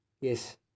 Yes